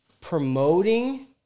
promoting